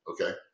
okay